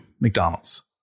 McDonald's